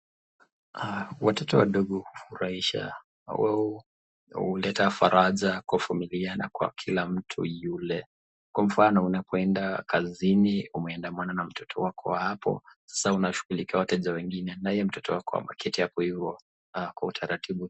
Watoto wadogo hufarahisha huleta faraja na kuvumulia na kwa kila mtu yule kwa mfano unapoenda kazini umeandamana na mtoto wako wa hapo saa unashughulikia wateja wengine naye watoto uketi hapo kwa utaratibu.